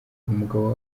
umugabo